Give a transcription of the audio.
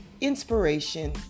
inspiration